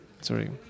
sorry